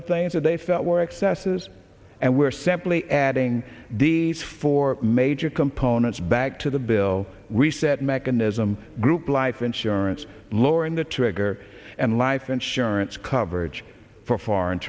the things that they felt were excesses and were simply adding these four major components back to the bill well reset mechanism group life insurance lowering the trigger and life insurance coverage for foreign